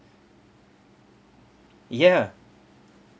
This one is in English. ya